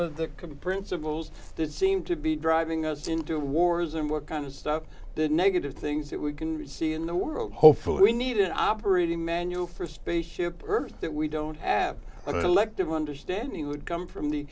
of the principles that seem to be driving us into wars and what kind of stuff the negative things that we can see in the world hopefully we need an operating manual for spaceship earth that we don't have an elective understanding would come from the